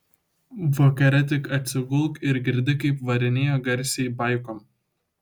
vakare tik atsigulk ir girdi kaip varinėja garsiai baikom